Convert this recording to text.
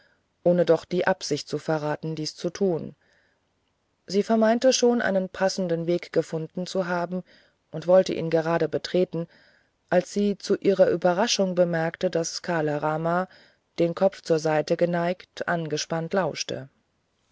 ohne doch die absicht zu verraten dies zu tun sie meinte schon einen passenden weg gefunden zu haben und wollte ihn gerade betreten als sie zu ihrer überraschung bemerkte daß kala rama den kopf zur seite neigend angespannt lauschte